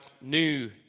new